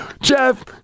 Jeff